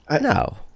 No